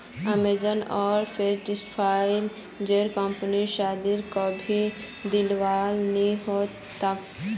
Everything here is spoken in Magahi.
अमेजन आर फ्लिपकार्ट जेर कंपनीर शायद कभी दिवालिया नि हो तोक